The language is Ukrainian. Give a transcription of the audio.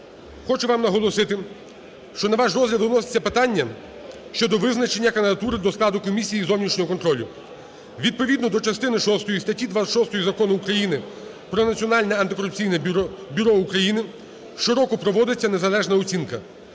хочу вам наголосити, що на ваш розгляд виноситься питання щодо визначення кандидатури до складу комісії зовнішнього контролю. Відповідно до частини шостої статті 26 Закону України "Про Національне антикорупційне бюро України" щороку проводиться незалежна оцінка.